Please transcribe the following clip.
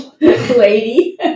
lady